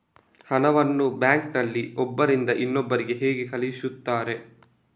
ಹಣವನ್ನು ಬ್ಯಾಂಕ್ ನಲ್ಲಿ ಒಬ್ಬರಿಂದ ಇನ್ನೊಬ್ಬರಿಗೆ ಹೇಗೆ ಕಳುಹಿಸುತ್ತಾರೆ?